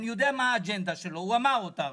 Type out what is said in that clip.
אני יודע מה האג'נדה שלו, הוא אמר אותה עכשיו.